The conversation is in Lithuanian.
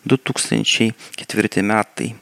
du tūkstančiai ketvirti metai